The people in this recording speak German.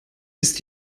ist